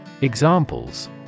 Examples